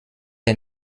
est